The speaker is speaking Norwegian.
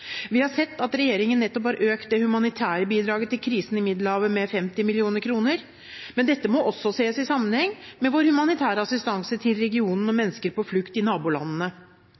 Vi har sett at regjeringen nettopp har økt det humanitære bidraget til krisen i Middelhavet med 50 mill. kr. Men dette må også ses i sammenheng med vår humanitære assistanse til regionen og mennesker på flukt i nabolandene.